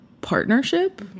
partnership